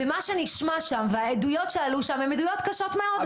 ומה שנשמע שם והעדויות שעלו שם הן עדויות קשות מאוד.